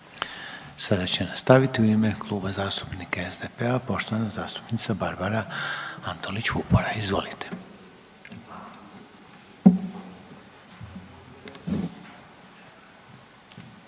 Sada će nastaviti u ime Kluba zastupnika SDP-a poštovana zastupnica Barbara Antolić Vupora. Izvolite.